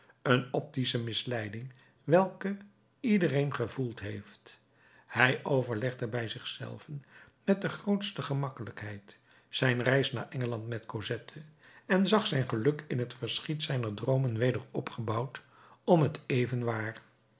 een optische misleiding welke iedereen gevoeld heeft hij overlegde bij zich zelven met de grootste gemakkelijkheid zijn reis naar engeland met cosette en zag zijn geluk in t verschiet zijner droomen weder opgebouwd om t